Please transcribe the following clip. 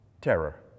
Terror